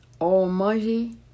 Almighty